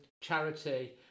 charity